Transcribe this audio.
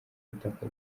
butaka